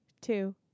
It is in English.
two